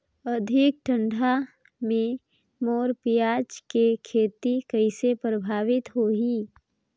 अधिक ठंडा मे मोर पियाज के खेती कइसे प्रभावित होही?